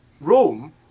Rome